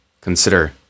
consider